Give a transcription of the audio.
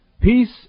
peace